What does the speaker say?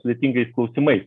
sudėtingais klausimais